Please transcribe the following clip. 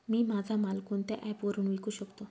मी माझा माल कोणत्या ॲप वरुन विकू शकतो?